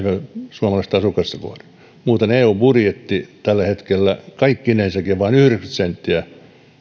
suomalaista asukasta kohden muuten eun budjetti tällä hetkellä kaikkinensakin on vain yhdeksänkymmentä senttiä